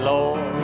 Lord